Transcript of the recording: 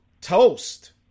toast